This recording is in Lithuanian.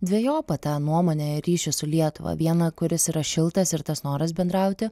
dvejopą tą nuomonę ir ryšius su lietuva vieną kuris yra šiltas ir tas noras bendrauti